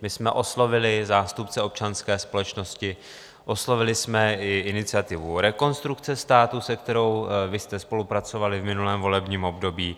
My jsme oslovili zástupce občanské společnosti, oslovili jsme i iniciativu Rekonstrukce státu, se kterou jste spolupracovali v minulém volebním období.